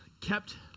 kept